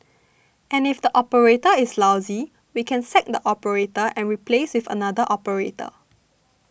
and if the operator is lousy we can sack the operator and replace with another operator